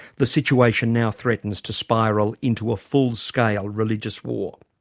the situation now threatens to spiral into a full-scale religious war.